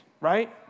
right